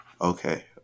Okay